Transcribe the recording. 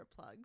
earplugs